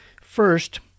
First